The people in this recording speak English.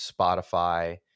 Spotify